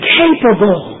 capable